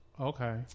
Okay